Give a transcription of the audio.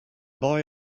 boy